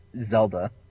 Zelda